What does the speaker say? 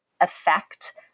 effect